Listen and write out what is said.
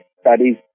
studies